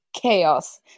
chaos